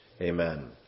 Amen